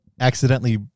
accidentally